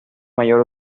mayor